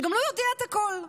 שגם לא יודע את הכול,